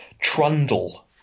trundle